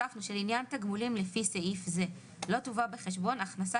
לכן הוספנו: "(ה)לעניין תגמולים לפי סעיף זה לא תובא בחשבון הכנסה